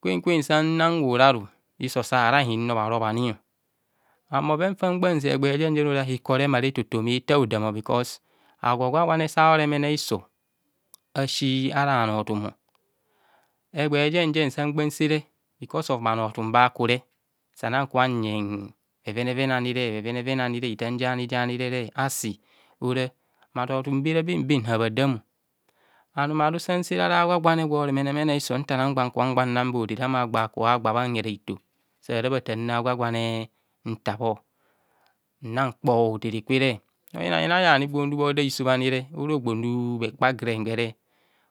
Kwen kwen sana nyubre biso sa mnrobharobh an bhoven fangba zen egba jen jen ora ikor remare efoto mita hodam bkos agwo gwagwane sahoremene iso asi ara bhanotum sgba jejensangba nsere bkosof bhanotum babha kure san hurra yen bhevenevene anire bhevenevene amire hitam ja nijanire asi ora bham ja nianire a si ora bhanotum bere benben habhadam anum san sere ara gwa gwa ne gwo remene mene hiso ntana gbam nan be hotere mma gba bhan hara hito sahara bhata nna gwagwane ntabho nan kpor hotere kwere re oyina yina a yani gwo nu bhoda hiso oro gbonu bhekpa grem gwere